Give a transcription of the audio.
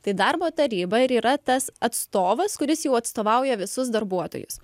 tai darbo taryba ir yra tas atstovas kuris jau atstovauja visus darbuotojus